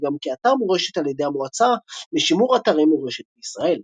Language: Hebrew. וגם כאתר מורשת על ידי המועצה לשימור אתרי מורשת בישראל.